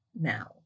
now